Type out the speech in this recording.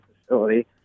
facility